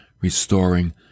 restoring